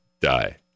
die